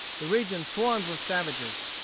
the region swarmed with savages.